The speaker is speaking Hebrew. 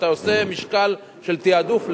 אתה עושה משקל של תעדוף,